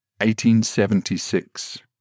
1876